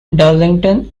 darlington